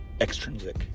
extrinsic